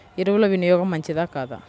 ఎరువుల వినియోగం మంచిదా కాదా?